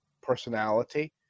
personality